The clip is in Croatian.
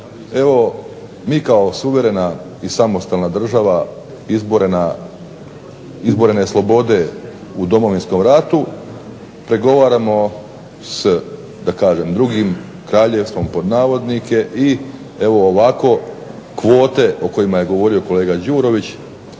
evo mi kao suverena i samostalna država izborene slobode u Domovinskom ratu pregovaramo s drugim "kraljevstvom" i evo ovako kvote o kojima je govorio kolega Đurović